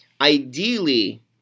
ideally